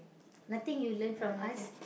nothing you learn from us